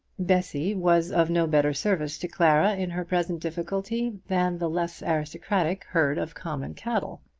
bessy was of no better service to clara in her present difficulty than the less aristocratic herd of common cattle.